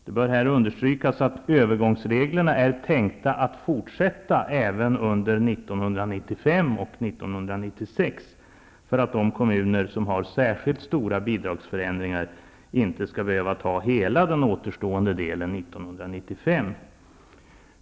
Det bör här understrykas att övergångsreglerna är tänkta att fortsätta gälla även under 1995 och 1996, för att de kommuner som får särskilt stora bidragsförändringar inte skall behöva ta hela den återstående delen 1995.